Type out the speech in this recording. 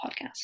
podcast